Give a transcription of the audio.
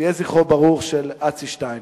יהיה זכרו ברוך, של אצי שטיין.